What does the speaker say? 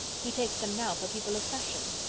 he takes them now for people of fashion.